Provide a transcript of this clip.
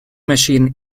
machine